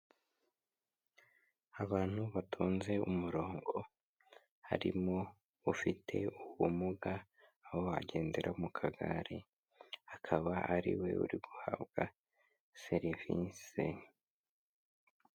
Abantu batonze umurongo, harimo ufite ubumuga aho agendera mu kagare. Akaba ariwe uri guhabwa serivise.